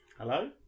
Hello